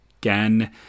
again